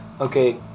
okay